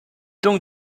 donc